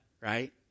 Right